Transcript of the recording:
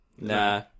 Nah